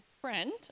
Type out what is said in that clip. friend